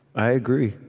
i agree.